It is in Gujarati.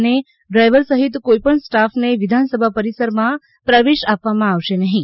અને ડ્રાયવર સહિત કોઈ સ્ટાફને વિધાનસભા પરિસરમાં પ્રવેશ આપવામાં આવશે નહિ